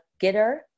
Gitter